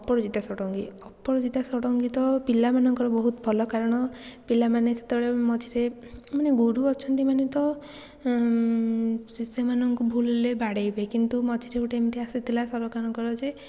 ଅପରଜିତା ଷଡ଼ଙ୍ଗୀ ଅପରଜିତା ଷଡ଼ଙ୍ଗୀ ତ ପିଲାମାନଙ୍କର ବହୁତ ଭଲ କାରଣ ପିଲାମାନେ ସେତେବେଳେ ମଝିରେ ମାନେ ଗୁରୁ ଅଛନ୍ତି ମାନେ ତ ଶିଷ୍ୟମାନଙ୍କୁ ଭୁଲରେ ବାଡ଼େଇବେ କିନ୍ତୁ ମଝିରେ ମଝିରେ ଗୋଟେ ଏମିତି ଆସିଥିଲା ସରକାରଙ୍କର ଯେ